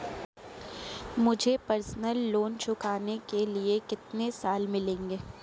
मुझे personal loan चुकाने के लिए कितने साल मिलेंगे?